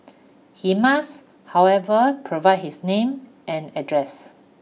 he must however provide his name and address